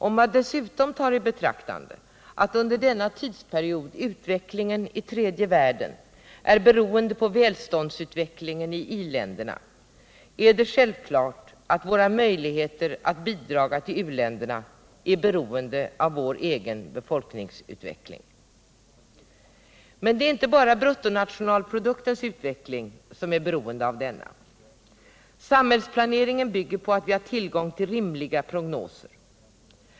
Om man dessutom tar i betraktande att under denna tidsperiod utvecklingen i tredje världen är beroende på välståndsutvecklingen i industriländerna, är det självklart att våra möjligheter att bidra till u-länderna är beroende av vår egen befolkningsutveckling. Men det är inte bara bruttonationalproduktens utveckling som är beroende av denna. Samhällsplaneringen bygger på att vi har tillgång till rimliga prognoser.